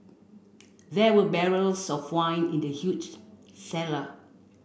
there were barrels of wine in the huge cellar